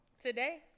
Today